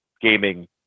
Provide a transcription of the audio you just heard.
gaming